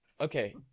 okay